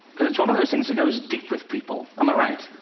because it's one of those things that goes deep with people, am i right?